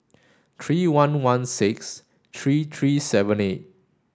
three one one six three three seven eight